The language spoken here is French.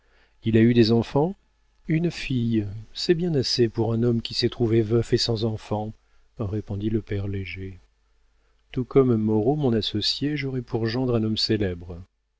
il a eu des enfants une fille c'est bien assez pour un homme qui s'est trouvé veuf et sans enfants répondit le père léger tout comme moreau mon associé j'aurai pour gendre un homme